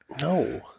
No